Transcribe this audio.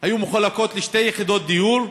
היו מחולקות לשתי יחידות דיור,